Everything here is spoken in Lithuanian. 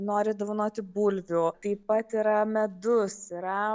nori dovanoti bulvių taip pat yra medus yra